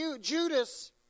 Judas